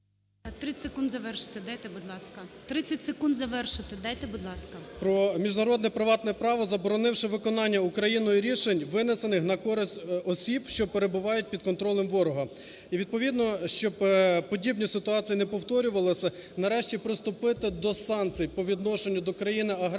30 секунд завершити дайте, будь ласка. ПАСТУХ Т.Т. ... про міжнародне приватне право, заборонивши виконання Україною рішень, винесених на користь осіб, що перебувають під контролем ворога. І відповідно, щоб подібні ситуації не повторювалися, нарешті приступити до санкцій по відношенню до країни-агресора